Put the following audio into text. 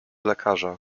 lekarza